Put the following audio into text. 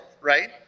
right